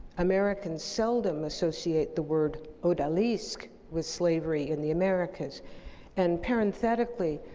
americans seldom associate the word odalisque with slavery in the americas and, parenthetically,